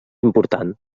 important